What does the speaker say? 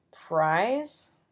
prize